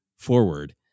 forward